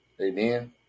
Amen